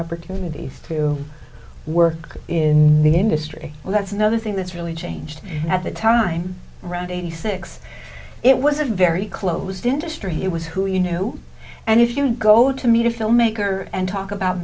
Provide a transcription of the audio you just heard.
opportunities to work in the industry well that's another thing that's really changed at that time around eighty six it was a very closed industry it was who you know and if you go to meet a filmmaker and talk about